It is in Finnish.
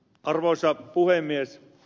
arvoisa puhemies